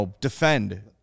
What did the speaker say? defend